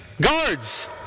guards